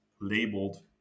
labeled